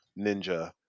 ninja